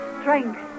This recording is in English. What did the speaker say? strength